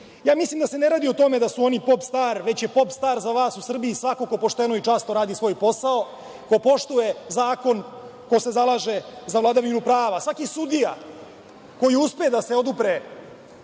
drugi. Mislim da se ne radi o tome da su oni „pop star“, već je „pop star“ za vas u Srbiji svako ko pošteno i časno radi svoj posao, ko poštuje zakon, ko se zalaže za vladavinu prava, svaki sudija koji uspe da se odupre